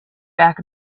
back